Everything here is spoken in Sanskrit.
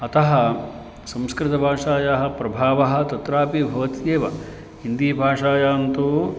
अतः संस्कृतभाषायाः प्रभावः तत्रापि भवत्येव हिन्दीभाषायां तु